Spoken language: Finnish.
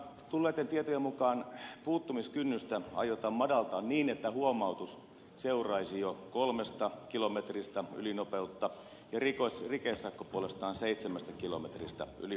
tulleitten tietojen mukaan puuttumiskynnystä aiotaan madaltaa niin että huomautus seuraisi jo kolmesta kilometristä ylinopeutta ja rikesakko puolestaan seitsemästä kilometristä ylinopeutta